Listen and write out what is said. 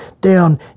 down